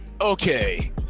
Okay